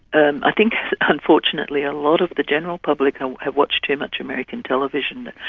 and i think unfortunately a lot of the general public have watched too much american television,